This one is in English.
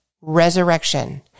resurrection